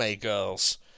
girls